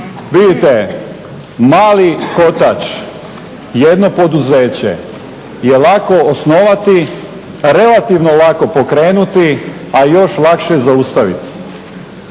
Vidite, mali kotač jedno poduzeće je lako osnovati, relativno lako pokrenuti, a još lakše zaustaviti,